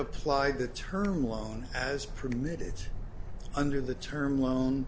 applied the term loan as permitted under the term loan